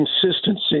Consistency